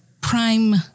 prime